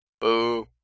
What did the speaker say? Boo